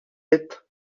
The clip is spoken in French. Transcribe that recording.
lettre